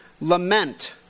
lament